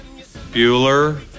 Bueller